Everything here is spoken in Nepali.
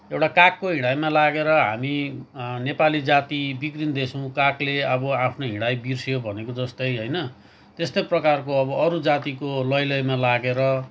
एउटा कागको हिँडाइमा लागेर हामी नेपाली जाति बिग्रिँदैछौँ कागले अब आफ्नो हिँडाइ बिर्सियो भनेको जस्तै होइन त्यस्तै प्रकारको अब अर्को जातिको लै लैमा लागेर